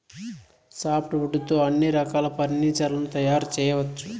soft wood తో అన్ని రకాల ఫర్నీచర్ లను తయారు చేయవచ్చు